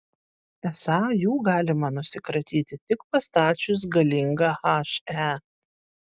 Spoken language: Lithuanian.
esą jų galima nusikratyti tik pastačius galingą he